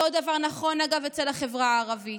אותו דבר נכון, אגב, אצל החברה הערבית.